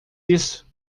isso